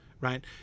right